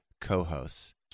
co-hosts